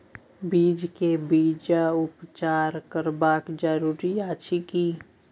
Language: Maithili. बीज के बीजोपचार करब जरूरी अछि की?